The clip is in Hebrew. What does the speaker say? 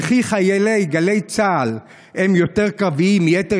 וכי חיילי גלי צה"ל הם יותר קרביים מיתר